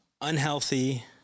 unhealthy